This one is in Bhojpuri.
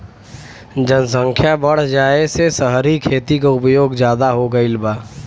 जनसख्या बढ़ जाये से सहरी खेती क उपयोग जादा हो गईल बा